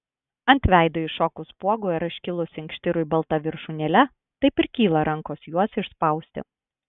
ant veido iššokus spuogui ar iškilus inkštirui balta viršūnėle taip ir kyla rankos juos išspausti